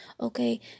Okay